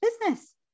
business